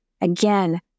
again